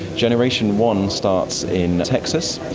generation one starts in texas,